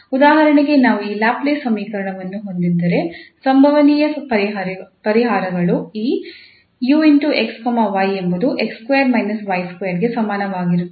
ಉದಾಹರಣೆಗೆ ನಾವು ಈ ಲ್ಯಾಪ್ಲೇಸ್ ಸಮೀಕರಣವನ್ನು ಹೊಂದಿದ್ದರೆ ಸಂಭವನೀಯ ಪರಿಹಾರಗಳು ಈ 𝑢 𝑥 𝑦 ಎಂಬುದು 𝑥2 − 𝑦2 ಗೆ ಸಮನಾಗಿರುತ್ತದೆ